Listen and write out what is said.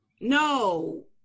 No